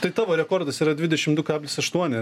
tai tavo rekordas yra dvidešim du kablis aštuoni